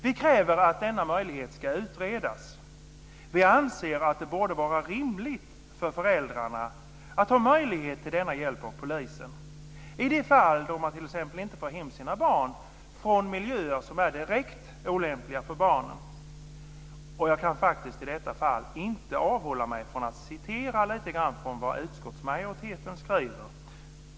Vi kräver att denna möjlighet ska utredas. Vi anser att det borde vara rimligt att föräldrarna har möjlighet till denna hjälp av polisen i de fall då man t.ex. inte får hem sina barn från miljöer som är direkt olämpliga för barnen. Jag kan i detta fall inte avhålla mig från att citera lite grann från det som utskottsmajoriteten skriver.